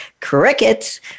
crickets